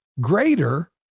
greater